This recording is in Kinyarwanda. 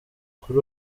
kuri